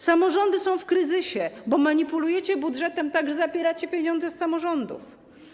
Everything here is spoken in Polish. Samorządy są w kryzysie, bo manipulujecie budżetem tak, że zabieracie pieniądze z samorządów.